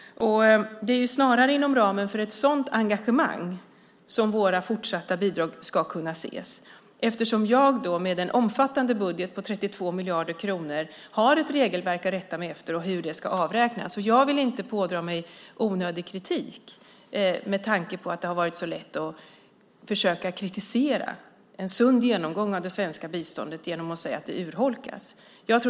Det är snarare inom ramen för ett sådant engagemang som våra fortsatta bidrag ska ses. Jag har med en budget som omfattar 32 miljarder kronor ett regelverk att rätta mig efter för hur det ska avräknas. Jag vill inte pådra mig onödig kritik med tanke på att det har varit så lätt att försöka kritisera en sund genomgång av det svenska biståndet genom att säga att det urholkas.